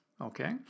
okay